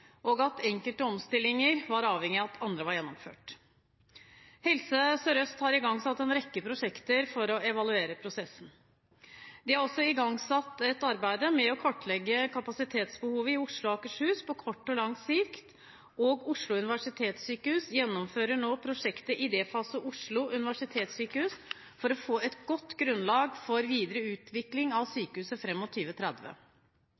og at enkelte omstillinger var avhengig av at andre var gjennomført. Helse Sør-Øst har igangsatt en rekke prosjekter for å evaluere prosessen. De har også igangsatt et arbeid med å kartlegge kapasitetsbehovet i Oslo og Akershus på kort og lang sikt. Oslo universitetssykehus gjennomfører nå prosjektet Idéfase Oslo universitetssykehus for å få et godt grunnlag for videre utvikling av sykehuset fram mot